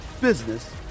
business